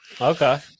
Okay